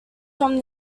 from